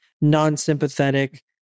non-sympathetic